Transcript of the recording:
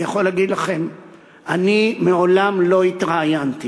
אני יכול להגיד לכם שאני מעולם לא התראיינתי